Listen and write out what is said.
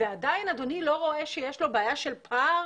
ועדיין אדוני לא רואה שיש לו בעיה של פער